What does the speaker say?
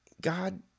god